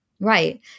Right